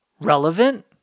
relevant